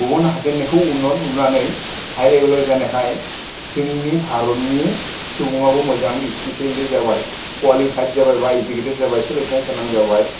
गुबुन हादोरनिखौ उनाव नुनानै हाइ लेभेलाव जानायखाय जोंनि भारतनि सुबुंआबो मोजां इसपिसियेलि जाबाय कुवालिफाइद जाबाय बा इडुकेटेद जाबाय सोलोंथाइ गोनां जाबाय